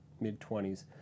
mid-20s